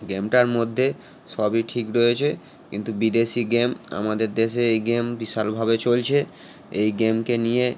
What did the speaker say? গেমটার মধ্যে সবই ঠিক রয়েছে কিন্তু বিদেশি গেম আমাদের দেশে এই গেম বিশালভাবে চলছে এই গেমকে নিয়ে